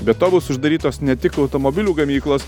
be to bus uždarytos ne tik automobilių gamyklos